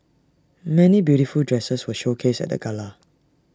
many beautiful dresses were showcased at the gala